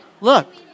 Look